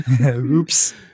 Oops